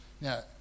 now